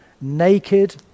naked